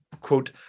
quote